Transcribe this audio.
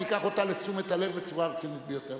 ואקח אותה לתשומת הלב בצורה הרצינית ביותר.